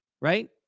right